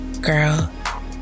Girl